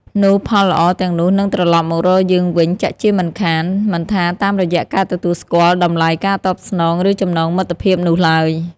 នោះផលល្អទាំងនោះនឹងត្រឡប់មករកយើងវិញជាក់ជាមិនខាន មិនថាតាមរយៈការទទួលស្គាល់ តម្លៃ ការតបស្នង ឬចំណងមិត្តភាពនោះឡើយ។